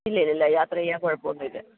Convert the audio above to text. ഇല്ല ഇല്ല ഇല്ല യാത്ര ചെയ്യാൻ കുഴപ്പാമൊന്നുമില്ല